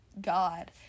God